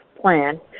plan